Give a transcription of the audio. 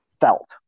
felt